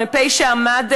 המ"פ שעמד,